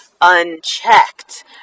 unchecked